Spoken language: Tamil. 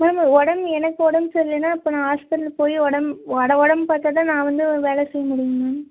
மேம் உடம்பு எனக்கு உடம்பு சரியில்லைனால் இப்போ நான் ஹாஸ்பிட்டல் போய் உடம்பு உடம்பு உடம்ப பார்த்தாதான் நான் வந்து வேலை செய்ய முடியுங்க மேம்